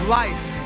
life